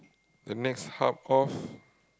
the next hub of